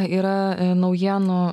yra naujienų